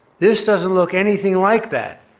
this doesn't look anything like that.